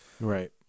Right